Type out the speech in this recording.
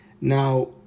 Now